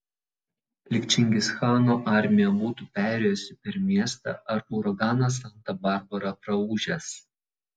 lyg čingischano armija būtų perėjusi per miestą ar uraganas santa barbara praūžęs